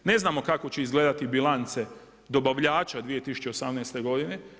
Ne znamo kako će izgledati bilance dobavljača 2018. godine.